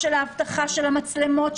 הנושא השני הוא מגוון וזנים,